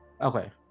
Okay